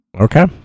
Okay